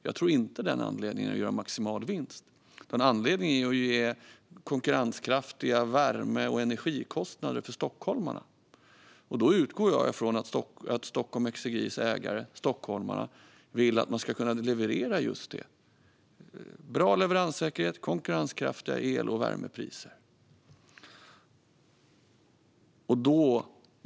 Jag tror inte att den anledningen är att göra en maximal vinst. Anledningen är att ge konkurrenskraftiga värme och energikostnader för stockholmarna. Jag utgår från att Stockholm Exergis ägare, det vill säga stockholmarna, vill att man ska leverera just detta. Det ska vara bra leveranssäkerhet samt konkurrenskraftiga el och värmepriser.